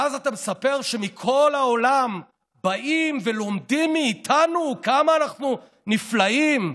ואז אתה מספר שמכל העולם באים ולומדים מאיתנו כמה אנחנו נפלאים.